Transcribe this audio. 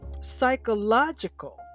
psychological